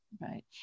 Right